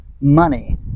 money